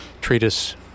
treatise